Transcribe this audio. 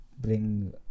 bring